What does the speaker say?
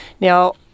Now